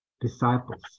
disciples